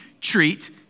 treat